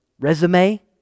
resume